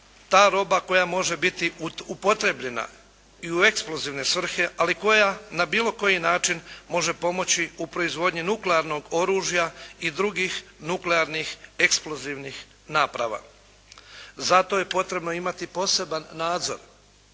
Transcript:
ta roba koja može biti upotrijebljena i u eksplozivne svrhe ali koja na bilo koji način može pomoći u proizvodnji nuklearnog oružja i drugih nuklearnih eksplozivnih naprava. Zato je potrebno imati poseban nadzor